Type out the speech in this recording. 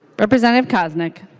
representative koznick